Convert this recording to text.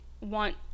want